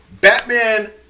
Batman